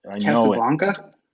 Casablanca